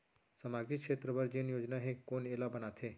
सामाजिक क्षेत्र बर जेन योजना हे कोन एला बनाथे?